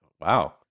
Wow